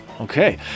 Okay